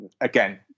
again